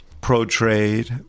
pro-trade